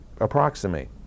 approximate